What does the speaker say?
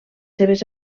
seves